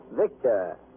Victor